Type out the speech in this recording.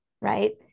Right